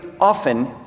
often